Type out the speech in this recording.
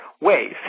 ways